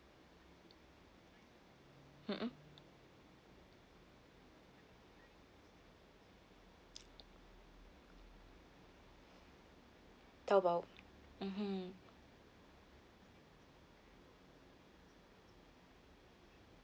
mm mm taobao mmhmm